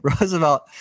Roosevelt